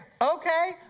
okay